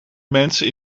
mensen